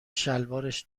شلوارش